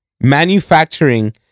manufacturing